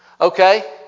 Okay